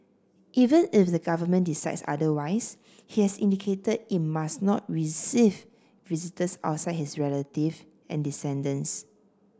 even if the government decides otherwise he has indicated it must not receive visitors outside his relative and descendants